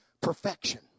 perfection